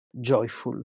joyful